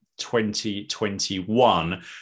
2021